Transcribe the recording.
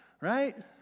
right